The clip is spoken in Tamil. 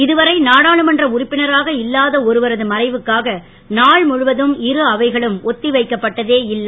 இதுவரை நாடாளுமன்ற உறுப்பினராக இல்லாத ஒருவரது மறைவுக்காக நாள் முழுவதும் இரு அவைகளும் ஒத்தி வைக்கப்பட்டதே இல்லை